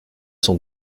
cent